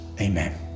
Amen